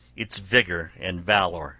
its vigor and valor